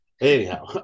anyhow